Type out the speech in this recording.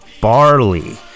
barley